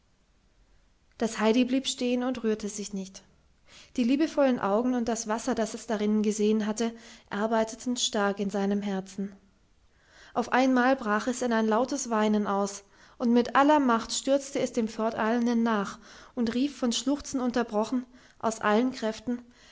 das heidi blieb stehen und rührte sich nicht die liebevollen augen und das wasser das es darinnen gesehen hatte arbeiteten stark in seinem herzen auf einmal brach es in ein lautes weinen aus und mit aller macht stürzte es dem forteilenden nach und rief von schluchzen unterbrochen aus allen kräften